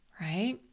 Right